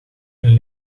een